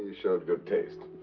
ah showed good taste.